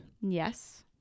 yes